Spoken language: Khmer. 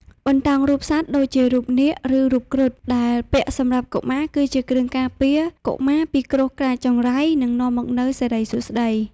បន្តោងរូបសត្វ ដូចជា រូបនាគ ឬ រូបគ្រុឌ ដែលពាក់សម្រាប់កុមារគឺជាគ្រឿងការពារ កុមារពីគ្រោះកាចចង្រៃ និងនាំមកនូវសិរីសួស្តី។